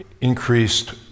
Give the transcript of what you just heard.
increased